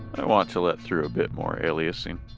i want to let through a bit more aliasing.